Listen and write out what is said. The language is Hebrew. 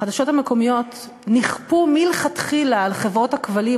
החדשות המקומיות נכפו מלכתחילה על חברות הכבלים,